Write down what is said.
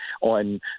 on